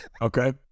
Okay